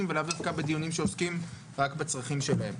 ולאו דווקא בדיונים שעוסקים רק בצרכים שלהם.